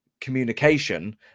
communication